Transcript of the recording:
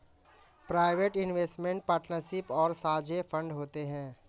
private investment partnership और साझे fund होते हैं